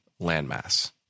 landmass